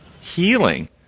Healing